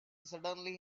suddenly